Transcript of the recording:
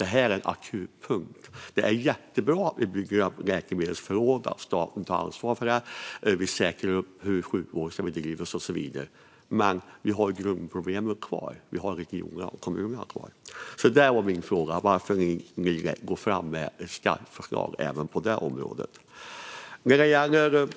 Det här är en akutpunkt. Det är jättebra att vi bygger läkemedelsförråd och att staten tar ansvar för det. Det är bra att vi säkrar upp hur sjukvård ska bedrivas och så vidare. Men vi har grundproblemet kvar; vi har regionerna och kommunerna kvar. Min fråga är alltså: Varför vill ni inte gå fram med skarpa förslag även på detta område? När det gäller